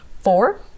Four